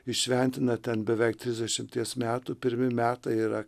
įšventina ten beveik trisdešimties metų pirmi metai yra